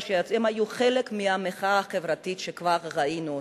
הם היו חלק מהמחאה החברתית שכבר ראינו אותה.